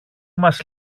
μας